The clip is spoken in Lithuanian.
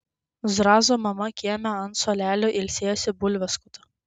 zrazo mama kieme ant suolelio ilsėjosi bulves skuto